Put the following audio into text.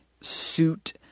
suit